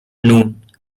noon